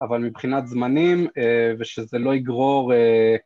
אבל מבחינת זמנים ושזה לא יגרור